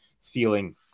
feeling